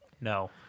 No